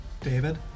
David